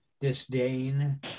disdain